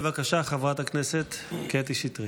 בבקשה, חברת הכנסת קטי שטרית.